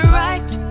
right